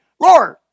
Lord